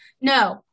No